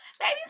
Baby